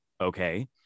okay